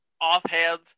offhand